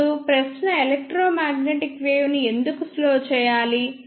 ఇప్పుడుప్రశ్న electromagnetic wave ని ఎందుకు తగ్గించాలి